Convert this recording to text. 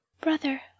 brother